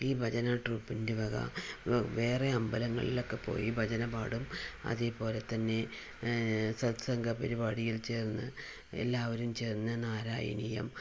ഈ ഭജനാ ട്രൂപ്പിൻ്റെ വക വേറെ അമ്പലങ്ങളിലൊക്കെ പോയി ഭജന പാടും അതേപോലെത്തന്നെ സത്സംഘ പരിപാടിയിൽ ചേർന്ന് എല്ലാവരും ചേർന്ന് നാരായണീയം